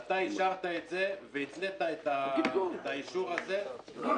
אתה אישרת את זה והתנית את האישור הזה בצביעה